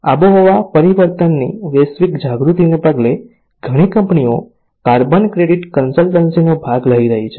આબોહવા પરિવર્તનની વૈશ્વિક જાગૃતિને પગલે ઘણી કંપનીઓ કાર્બન ક્રેડિટ કન્સલ્ટન્સીનો લાભ લઈ રહી છે